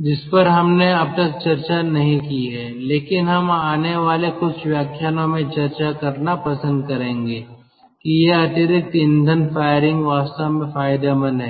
जिस पर हमने अब तक चर्चा नहीं की है लेकिन हम आने वाले कुछ व्याख्यानों में चर्चा करना पसंद करेंगे कि यह अतिरिक्त ईंधन फायरिंग वास्तव में फायदेमंद है